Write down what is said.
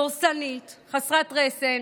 דורסנית, חסרת רסן,